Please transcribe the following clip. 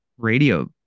radio